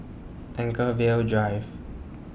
Anchorvale Drive